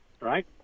Right